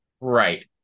Right